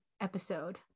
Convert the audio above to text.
episode